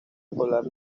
escolar